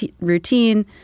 routine